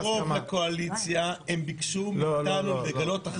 רוב לקואליציה הם ביקשנו מאתנו לגלות אחריות.